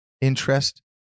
interest